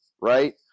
Right